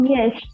Yes